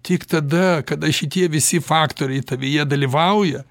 tik tada kada šitie visi faktoriai tavyje dalyvauja